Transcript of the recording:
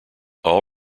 all